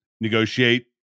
negotiate